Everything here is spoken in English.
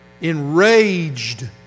enraged